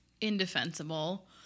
indefensible